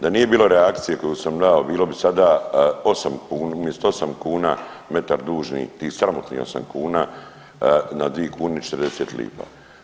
Da nije bilo reakcije koju sam dao bilo bi sada 8, umjesto 8 kuna metar dužni, tih sramotnih 8 kuna, na 2 kune i 40 lipa.